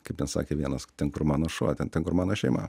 kaip ten sakė vienas ten kur mano šuo ten kur mano šeima